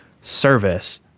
service